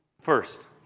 First